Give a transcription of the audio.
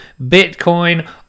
bitcoin